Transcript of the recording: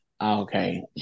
Okay